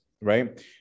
right